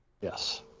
Yes